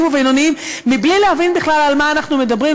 ובינוניים בלי להבין בכלל על מה אנחנו מדברים.